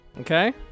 Okay